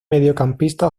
mediocampista